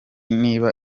niba